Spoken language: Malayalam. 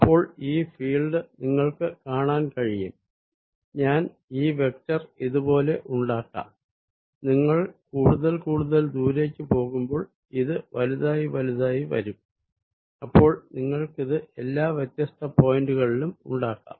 അപ്പോൾ ഈ ഫീൽഡ് നിങ്ങൾക്ക് കാണാൻ കഴിയുംഞാൻ ഈ വെക്ടർ ഇത് പോലെ ഉണ്ടാക്കാം നിങ്ങൾ കൂടുതൽ ദൂരേക്ക് പോകുമ്പോൾ ഇത് വലുതായി വലുതായി വരും അപ്പോൾ നിങ്ങൾക്കിത് എല്ലാ വ്യത്യസ്ത പോയിന്റുകളിലും ഉണ്ടാക്കാം